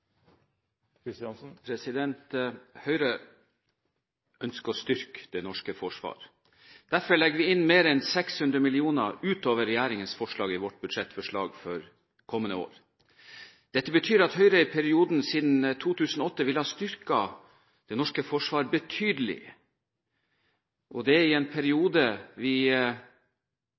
Høyre ønsker å styrke det norske forsvar. Derfor legger vi inn mer enn 600 mill. kr utover regjeringens forslag i vårt budsjettforslag for kommende år. Dette betyr at Høyre i perioden siden 2008 ville ha styrket det norske forsvar betydelig, og det i en periode hvor vi